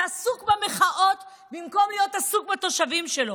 שעסוק במחאות במקום להיות עסוק בתושבים שלו,